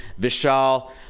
Vishal